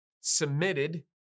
submitted